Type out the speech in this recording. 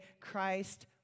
Christ